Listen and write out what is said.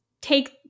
take